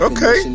Okay